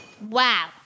Wow